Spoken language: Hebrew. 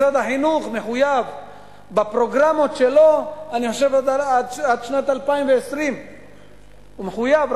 משרד החינוך מחויב בפרוגרמות שלו עד שנת 2020. הוא מחויב,